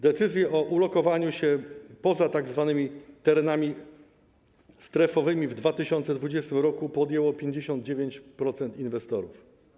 Decyzję o ulokowaniu się poza tzw. terenami strefowymi w 2020 r. podjęło 59% inwestorów.